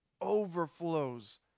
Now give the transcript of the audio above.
overflows